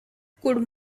could